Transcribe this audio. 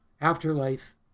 Afterlife